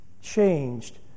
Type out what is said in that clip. changed